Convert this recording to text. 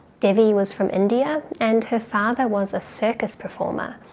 devi was from india and her. father was a circus performer.